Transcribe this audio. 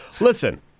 Listen